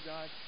God